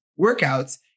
workouts